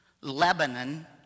Lebanon